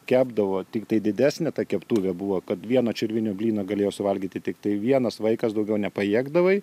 kepdavo tiktai didesnė ta keptuvė buvo kad vieną čirvinį blyną galėjo suvalgyti tiktai vienas vaikas daugiau nepajėgdavai